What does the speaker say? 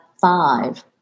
Five